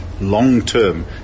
long-term